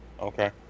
Okay